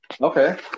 Okay